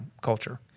culture